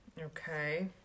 Okay